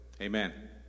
Amen